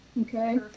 okay